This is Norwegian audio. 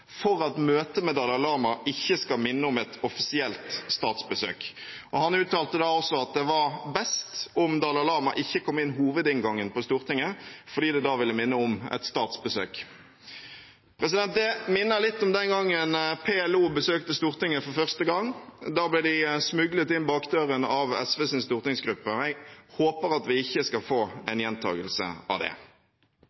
for at møtet med Dalai Lama ikke skal minne om et offisielt statsbesøk. Han uttalte også at det var best om Dalai Lama ikke kom inn hovedinngangen på Stortinget, fordi det da ville minne om et statsbesøk. Det minner litt om den gangen PLO besøkte Stortinget for første gang. Da ble de smuglet inn bakdøren av SVs stortingsgruppe. Jeg håper at vi ikke skal få